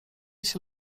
się